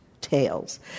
tales